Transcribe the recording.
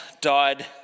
died